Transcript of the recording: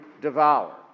devour